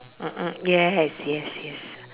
(uh huh) yes yes yes